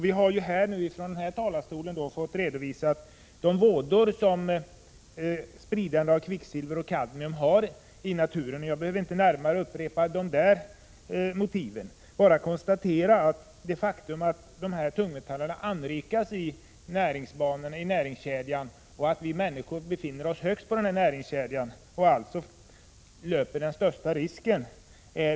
Vi har nu fått redovisade de vådor som följer av att kvicksilver och kadmium sprids i naturen, så jag behöver inte närmare gå in på motiven. Jag bara konstaterar det faktum att tungmetallerna anrikas i näringskedjan och att vi människor befinner oss i slutet av kedjan och alltså löper den största risken.